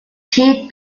ted